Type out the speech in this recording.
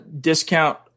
discount